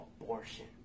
abortion